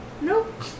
Nope